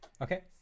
Okay